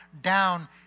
down